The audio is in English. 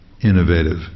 innovative